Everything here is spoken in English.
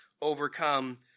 overcome